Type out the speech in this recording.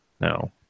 no